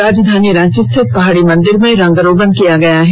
राजधानी रांची स्थित पहाड़ी मंदिर में रंग रोगन किया गया है